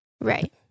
Right